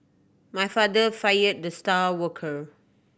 my father fired the star worker